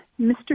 Mr